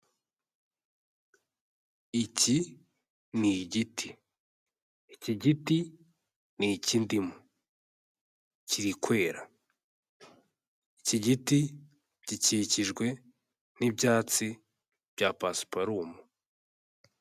Iki ni igiti. Iki giti ni icy'indimu kiri kwera, iki giti gikikijwe n'ibyatsi bya pasiparumu.